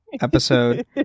episode